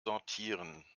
sortieren